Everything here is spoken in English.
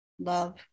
Love